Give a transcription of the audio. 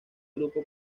grupo